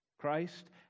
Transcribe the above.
Christ